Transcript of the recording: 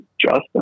Justin